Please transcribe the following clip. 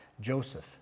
Joseph